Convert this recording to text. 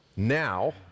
now